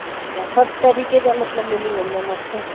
ठीकु आहे सभु तेरीक़े जा मतिलबु मिली वेंदा मूंखे